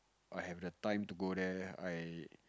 I have the time to go there I